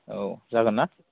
औ जागोनना